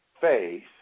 faith